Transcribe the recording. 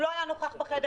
הוא לא היה נוכח בחדר.